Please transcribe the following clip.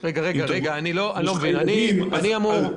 המידע הזה.